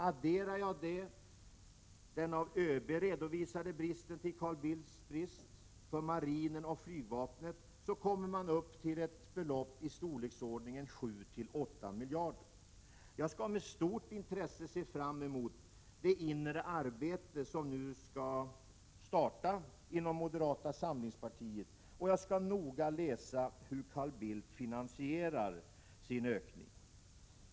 Adderar man den av ÖB redovisade bristen till Carl Bildts brist för marinen och flygvapnet, så kommer man till ett belopp i storleksordningen 7—8 miljarder. Jag ser med stort intresse fram mot det inre arbete som nu skall starta inom moderata samlingspartiet, och jag skall noga läsa hur Carl Bildt finansierar sin ökning.